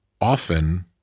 often